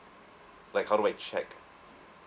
like how do I check